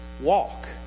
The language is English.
Walk